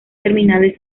terminales